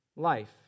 Life